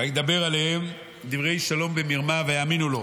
וידבר אליהם דברי שלום במרמה, ויאמינו לו.